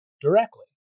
directly